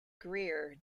greer